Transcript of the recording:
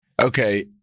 Okay